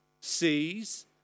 sees